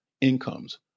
incomes